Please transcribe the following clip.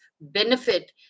benefit